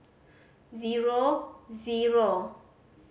zero zero